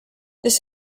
this